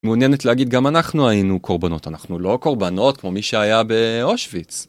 מעוניינת להגיד גם אנחנו היינו קורבנות, אנחנו לא קורבנות כמו מי שהיה באושוויץ.